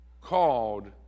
called